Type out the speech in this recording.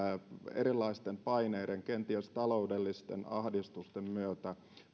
erilaisten paineiden kenties taloudellisten ahdistusten myötä